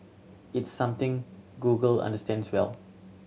it's something Google understands well